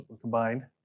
combined